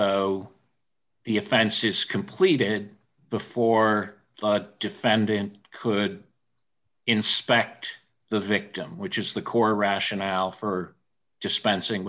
though the offense is completed before defendant could inspect the victim which is the core rationale for dispensing